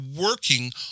working